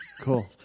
Cool